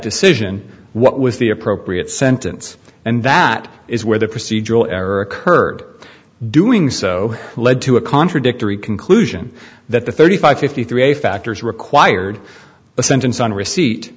decision what was the appropriate sentence and that is where the procedural error occurred doing so led to a contradictory conclusion that the thirty five fifty three factors required the sentence on receipt